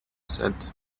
said